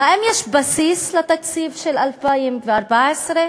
האם יש בסיס לתקציב של 2014?